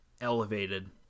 elevated